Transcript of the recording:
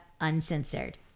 Uncensored